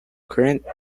current